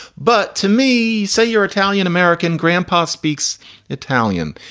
but to me, say you're italian. american grandpa speaks italian.